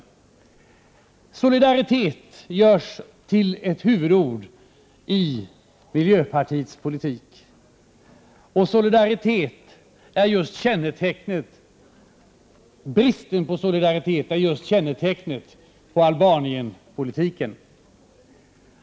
Ordet solidaritet görs till ett huvudord i miljöpartiets politik. Vad som kännetecknar Albanienpolitiken är just bristen på solidaritet.